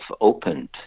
opened